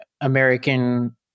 American